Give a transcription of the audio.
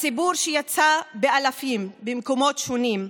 הציבור שיצא באלפים במקומות שונים,